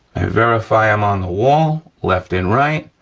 i verify i'm on the wall, left and right,